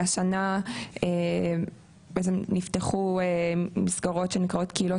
השנה נפתחו בעצם מסגרות שנקראות קהילות